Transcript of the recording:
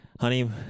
Honey